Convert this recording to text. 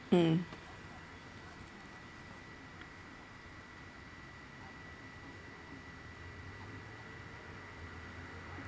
mm